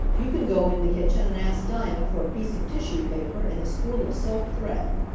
you can go in the kitchen and ask dinah for a piece of tissue paper and a spool of silk thread.